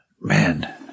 Man